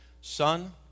Son